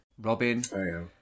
Robin